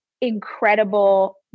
incredible